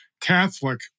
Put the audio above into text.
Catholic